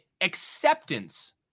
acceptance